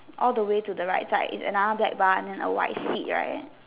all the way to the right side is another black bar and a white seat right